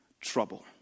trouble